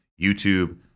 YouTube